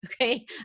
okay